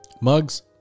mugs